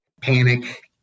panic